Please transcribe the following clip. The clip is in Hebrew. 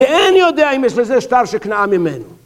אין לי יודע אם יש בזה שטר שקנאה ממנו.